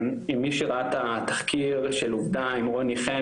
מי שראה את התחקיר של עובדה עם רוני חן